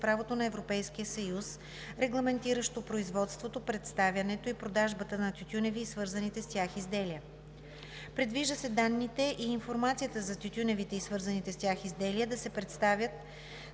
правото на Европейския съюз, регламентиращо производството, представянето и продажбата на тютюневи и свързаните с тях изделия. Предвижда се данните и информацията за тютюневите и свързаните с тях изделия да се представят